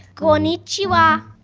konnichiwa